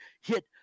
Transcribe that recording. hit